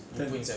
can